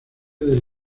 del